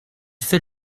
fait